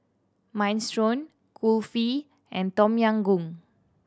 Minestrone Kulfi and Tom Yam Goong